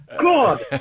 God